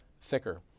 thicker